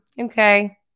okay